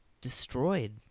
destroyed